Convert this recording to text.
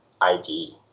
ID